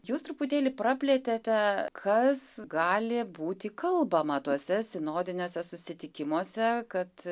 jūs truputėlį praplėtėte kas gali būti kalbama tuose sinodiniuose susitikimuose kad